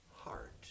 heart